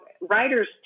writers